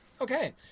okay